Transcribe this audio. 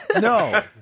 No